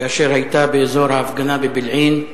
כאשר היתה באזור ההפגנה בבילעין.